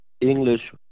English